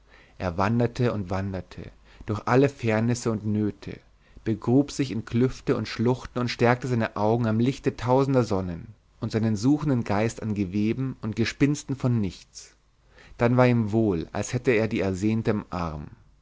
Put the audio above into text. er wanderte und wanderte durch alle fährnisse und nöte vergrub sich in klüfte und schluchten und stärkte seine augen am lichte tausender sonnen und seinen suchenden geist an geweben und gespinsten von nichts dann war ihm wohl als hätte er die ersehnte im arm